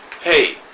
Hey